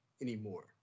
anymore